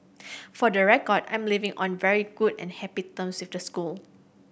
for the record I'm leaving on very good and happy terms with the school